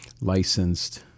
licensed